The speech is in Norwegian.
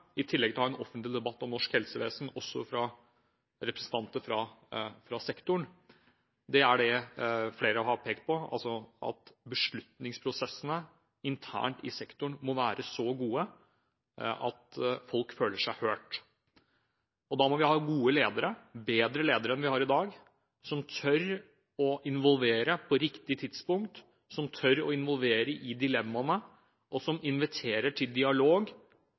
i tillegg til å ha en offentlig debatt om norsk helsevesen der også representanter fra sektoren deltar, er det flere har pekt på, nemlig at beslutningsprosessene internt i sektoren må være så gode at folk føler seg hørt. Da må vi ha gode ledere – bedre ledere enn vi har i dag – som tør å involvere på riktig tidspunkt, som tør å involvere i dilemmaene, som inviterer til dialog,